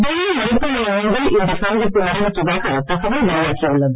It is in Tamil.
டெல்லி மருத்துவமனை ஒன்றில் இந்த சந்திப்பு நடைபெற்றதாக தகவல் வெளியாகி உள்ளது